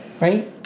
Right